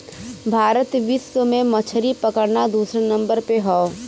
भारत विश्व में मछरी पकड़ना दूसरे नंबर पे हौ